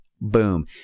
Boom